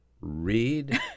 read